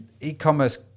e-commerce